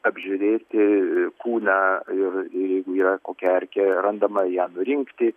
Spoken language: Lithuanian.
apžiūrėti kūną ir jeigu yra kokia erkė randama ją nurinkti